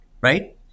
right